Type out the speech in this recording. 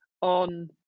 on